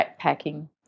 backpacking